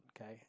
okay